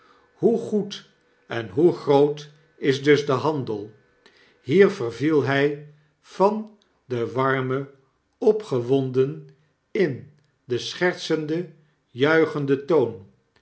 hoe goed en hoe groot is dus de handel hier verviel hy van den warmen opgewonden in den schertsenden juichenden toon